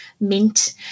mint